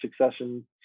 Succession